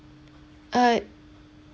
uh